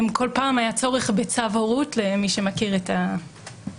כל פעם היה צורך בצו הורות, למי שמכיר את הנושא,